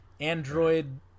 android